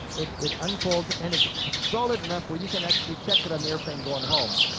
it it unfolds and it's solid enough where you can actually check it on the airplane going home,